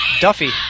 Duffy